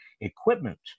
equipment